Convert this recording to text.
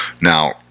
Now